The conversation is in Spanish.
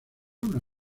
una